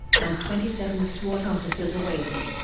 and twenty seven swat officers awaited.